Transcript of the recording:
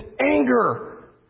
anger